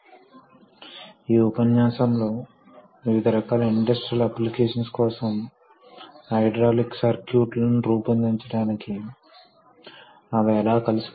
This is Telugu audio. తరువాతి ఉపన్యాసాలలో మనం కొన్ని ప్రత్యేక భాగాలను చూస్తాము మరియు హైడ్రాలిక్ కంట్రోల్ సిస్టమ్స్ ను తయారు చేయడానికి ఈ భాగాలు ఎలా ఉపయోగించవచ్చో చూస్తాము